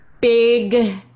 big